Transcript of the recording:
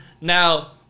Now